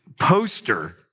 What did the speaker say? poster